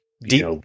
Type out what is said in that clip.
deep